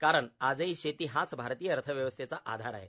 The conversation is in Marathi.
कारण आजही शेती हाच आरतीय अर्थव्यवस्थेचा आधार आहे